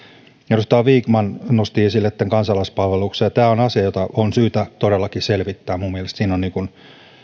edustaja vikman nosti esille kansalaispalveluksen ja tämä on asia jota on todellakin syytä selvittää minun mielestäni siinä